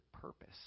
purpose